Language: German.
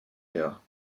her